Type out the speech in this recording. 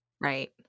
Right